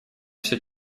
все